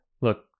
look